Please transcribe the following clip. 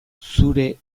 zure